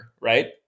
right